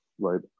Right